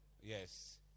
Yes